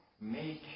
make